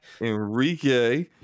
Enrique